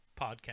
podcast